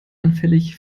anfällig